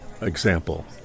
example